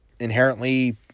inherently